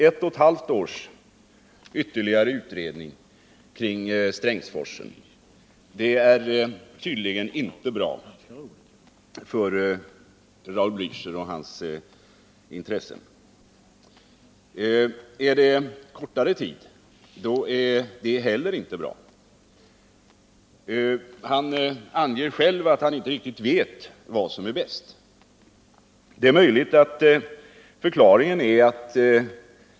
Ett och ett halvt års ytterligare utredning kring Strängsforsen är tydligen inte bra för Raul Blächer och hans intressen. Föreslår man kortare tid, då är det heller inte bra. Han anger själv att han inte riktigt vet vad som är bäst. Det är möjligt att förklaringen är enkel.